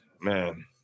man